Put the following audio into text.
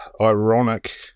ironic